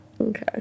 Okay